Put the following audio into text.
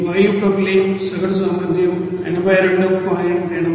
వాయు ప్రొపైలీన్ సగటు సామర్థ్యం 82